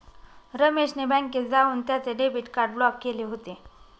रमेश ने बँकेत जाऊन त्याचे डेबिट कार्ड ब्लॉक केले होते